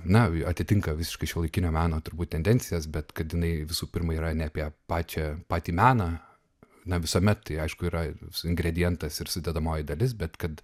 na atitinka visiškai šiuolaikinio meno turbūt tendencijas bet kad jinai visų pirma yra ne apie pačią patį meną na visuomet aišku yra ir ingredientas ir sudedamoji dalis bet kad